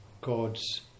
God's